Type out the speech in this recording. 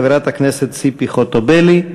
חברת הכנסת ציפי חוטובלי,